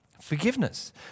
forgiveness